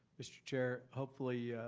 mr. chair, hopefully,